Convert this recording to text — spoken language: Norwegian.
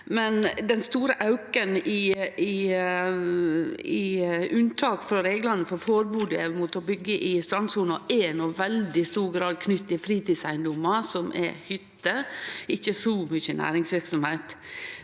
dei. Den store auken i unntak frå reglane om forbod mot å byggje i strandsona er i veldig stor grad knytt til fritidseigedomar som er hytter, ikkje så mykje til næringsverksemd.